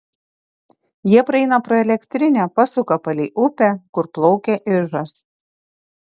jie praeina pro elektrinę pasuka palei upę kur plaukia ižas